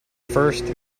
first